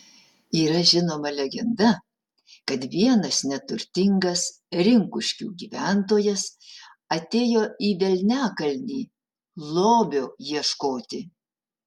yra žinoma legenda kad vienas neturtingas rinkuškių gyventojas atėjo į velniakalnį lobio ieškoti